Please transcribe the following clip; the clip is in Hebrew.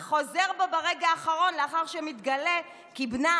אך חוזר בו ברגע האחרון לאחר שמתגלה כי בנה,